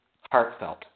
heartfelt